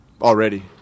Already